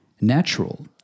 natural